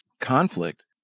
conflict